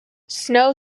snow